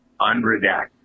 unredacted